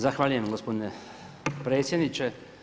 Zahvaljujem gospodine predsjedniče.